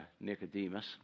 Nicodemus